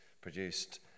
produced